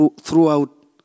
throughout